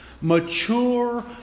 mature